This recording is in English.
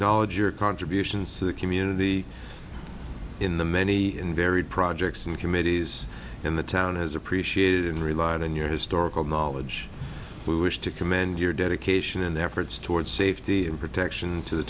knowledge your contributions to the community in the many and varied projects and committees in the town is appreciated and relied on your historical knowledge we wish to commend your dedication and efforts toward safety and protection to the